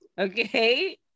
Okay